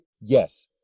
Yes